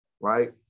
right